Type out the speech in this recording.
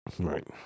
Right